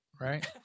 right